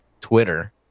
Twitter